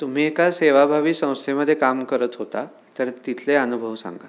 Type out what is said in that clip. तुम्ही एका सेवाभावी संस्थेमध्ये काम करत होता तर तिथले अनुभव सांगा